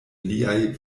liaj